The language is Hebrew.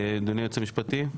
אדוני היועץ המשפטי.